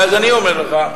ואז, אני אומר לך,